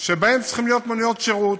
שבהם צריכים את מוניות השירות,